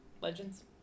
Legends